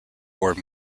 were